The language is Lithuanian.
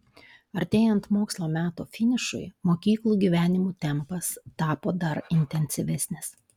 artėjant mokslo metų finišui mokyklų gyvenimo tempas tapo dar intensyvesnis